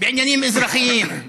בעניינים אזרחיים.